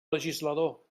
legislador